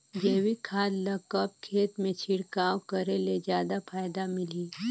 जैविक खाद ल कब खेत मे छिड़काव करे ले जादा फायदा मिलही?